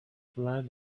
flight